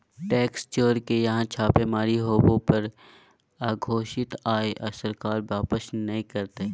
tax चोर के यहां छापेमारी होबो पर अघोषित आय सरकार वापस नय करतय